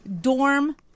dorm